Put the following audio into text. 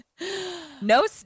No